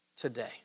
today